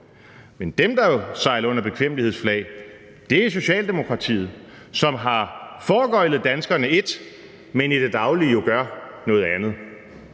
Men dem, der jo sejler under bekvemmelighedsflag, er Socialdemokratiet, som har foregøglet danskerne et, men i det daglige jo gør noget andet.